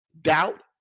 Doubt